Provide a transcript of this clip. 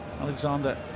Alexander